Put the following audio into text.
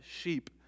sheep